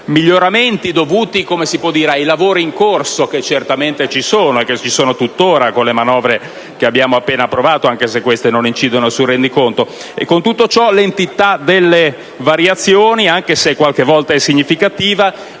miglioramenti dovuti ai lavori in corso, che certamente ci sono tuttora con le manovre appena approvate, anche se non incidono sul rendiconto. Con tutto ciò l'entità delle variazioni, anche se qualche volta è significativa,